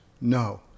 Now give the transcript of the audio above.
no